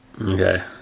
Okay